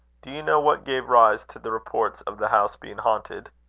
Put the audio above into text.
do you know what gave rise to the reports of the house being haunted?